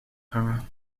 hangen